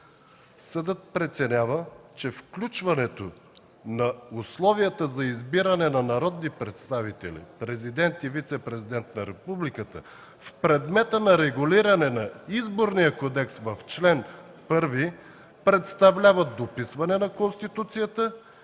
„Съдът преценява, че включването на условията за избиране на народни представители, президент и вицепрезидент на републиката в предмета на регулиране на Изборния кодекс в чл. 1 представляват дописване на Конституцията и установява